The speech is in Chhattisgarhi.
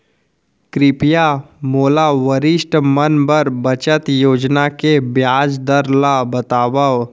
कृपया मोला वरिष्ठ मन बर बचत योजना के ब्याज दर ला बतावव